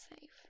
safe